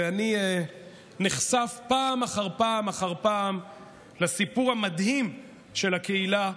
ואני נחשף פעם אחר פעם לסיפור המדהים של הקהילה,